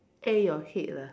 A your head lah